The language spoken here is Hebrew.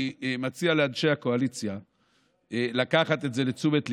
אני מציע לאנשי הקואליציה לקחת את זה לתשומת ליבם,